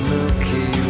Milky